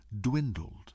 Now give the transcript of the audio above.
dwindled